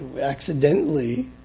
accidentally